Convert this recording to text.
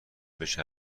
بشه